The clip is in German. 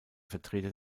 vertreter